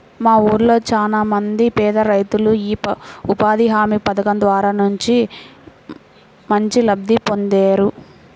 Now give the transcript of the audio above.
మా ఊళ్ళో చానా మంది పేదరైతులు యీ ఉపాధి హామీ పథకం ద్వారా మంచి లబ్ధి పొందేరు